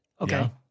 Okay